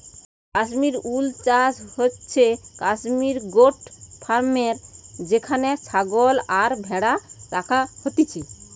Kashmir wool চাষ হচ্ছে Kashmir goat ফার্মে যেখানে ছাগল আর ভ্যাড়া রাখা হইছে